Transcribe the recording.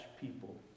people